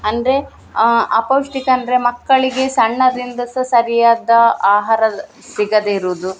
ಅಂದರೆ ಅಪೌಷ್ಟಿಕ ಅಂದರೆ ಮಕ್ಕಳಿಗೆ ಸಣ್ಣದರಿಂದ ಸಹ ಸರಿಯಾದ ಆಹಾರ ಸಿಗದೇ ಇರುವುದು